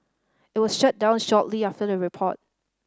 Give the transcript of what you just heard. it was shut down shortly after the report